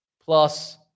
Plus